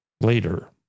later